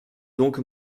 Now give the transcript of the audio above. donc